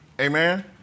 Amen